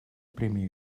primer